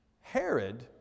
Herod